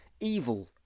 evil